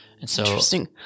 Interesting